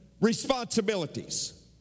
responsibilities